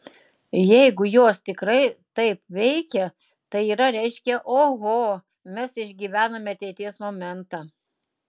jeigu jos tikrai taip veikia tai yra reiškia oho mes išgyvename ateities momentą